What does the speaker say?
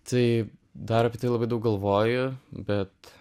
tai dar labai daug galvoju bet